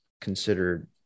considered